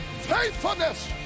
faithfulness